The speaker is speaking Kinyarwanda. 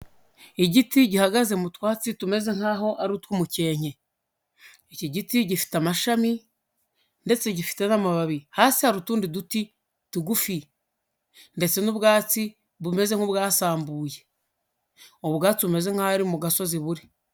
Igiti gihagaze mu twatsi tumeze nk'aho ari utw'umukenke, iki giti gifite amashami ndetse gifite n'amababi, hasi hari utundi duti tugufi ndetse n'ubwatsi bumeze nk'ubwasambuye, ubu bwatsi bumeze nk'aho uri mu gasozi buri.